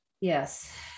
Yes